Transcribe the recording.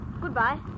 Goodbye